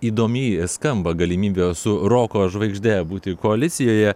įdomiai skamba galimybė su roko žvaigžde būti koalicijoje